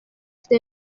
stage